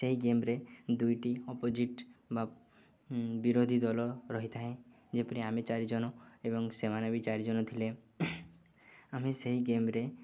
ସେହି ଗେମ୍ରେ ଦୁଇଟି ଅପୋଜିଟ୍ ବା ବିରୋଧୀ ଦଲ ରହିଥାଏ ଯେପରି ଆମେ ଚାରି ଜନ ଏବଂ ସେମାନେ ବି ଚାରି ଜନ ଥିଲେ ଆମେ ସେହି ଗେମ୍ରେ